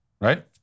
right